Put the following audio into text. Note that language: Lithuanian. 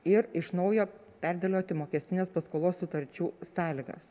ir iš naujo perdėlioti mokestinės paskolos sutarčių sąlygas